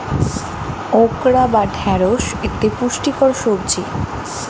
okra বা ঢ্যাঁড়স একটি পুষ্টিকর সবজি